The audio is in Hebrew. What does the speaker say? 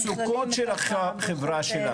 המצוקות של החברה שלנו.